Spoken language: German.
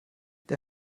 der